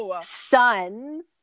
son's